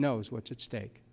knows what's at stake